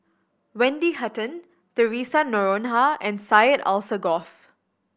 Wendy Hutton Theresa Noronha and Syed Alsagoff